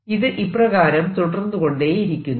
ഇത് ഇപ്രകാരം തുടർന്നുകൊണ്ടേയിരിക്കുന്നു